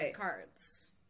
cards